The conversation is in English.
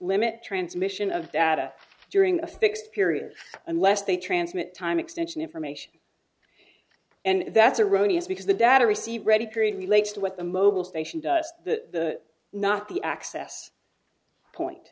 limit transmission of data during a fixed period unless they transmit time extension information and that's a roni is because the data receipt ready create relates to what the mobile station does the not the access point